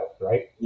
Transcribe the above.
right